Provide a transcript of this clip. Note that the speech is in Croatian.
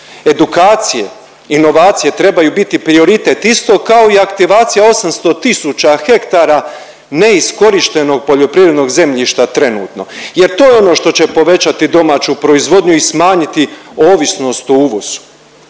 Edukacije i inovacije trebaju biti prioritet isto kao i aktivacija 800 tisuća hektara neiskorištenog poljoprivrednog zemljišta trenutno jer to je ono što će povećati domaću proizvodnju i smanjiti ovisnost o uvozu.